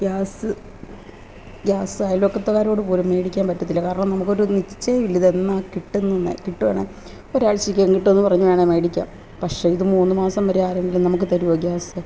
gas gas അയൽവക്കക്കാരോട് പോലും മേടിക്കാൻ പറ്റത്തില്ല കാരണം നമുക്ക് ഒരു നിശ്ചയമില്ല ഇത് എന്ന് കിട്ടുന്നതെന്ന് കിട്ടുവാണെങ്കിൽ ഒരാഴ്ചക്ക് അകം കിട്ടുമെന്ന് പറഞ്ഞ് വേണേ മേടിക്കാം പക്ഷേ ഇത് മൂന്ന് മാസം വരെ ആരെങ്കിലും നമുക്ക് തരുമോ ഗ്യാസ്